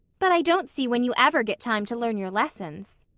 but i don't see when you ever get time to learn your lessons.